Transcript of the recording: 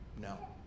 No